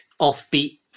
offbeat